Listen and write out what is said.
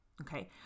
Okay